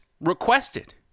requested